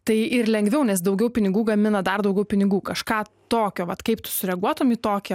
tai ir lengviau nes daugiau pinigų gamina dar daugiau pinigų kažką tokio vat kaip tu sureaguotum į tokį